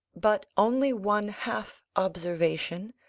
but, only one half observation,